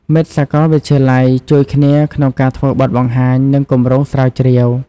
មិត្តសកលវិទ្យាល័យជួយគ្នាក្នុងការធ្វើបទបង្ហាញ និងគម្រោងស្រាវជ្រាវ។